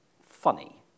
funny